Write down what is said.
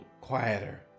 quieter